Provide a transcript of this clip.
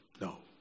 No